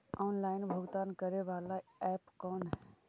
Online भुगतान करे बाला ऐप कौन है?